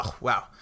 wow